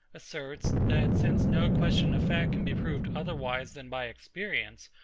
asserts, that since no question of fact can be proved otherwise than by experience,